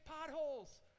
potholes